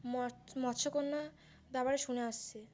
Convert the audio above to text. মৎস্যকন্যার ব্যাপারে শুনে আসছি